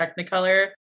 Technicolor